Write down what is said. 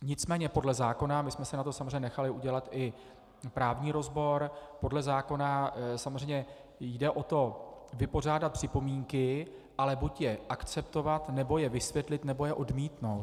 Nicméně podle zákona, my jsme si na to samozřejmě nechali udělat i právní rozbor, podle zákona samozřejmě jde o to vypořádat připomínky, ale buď je akceptovat, nebo je vysvětlit, nebo je odmítnout.